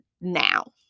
now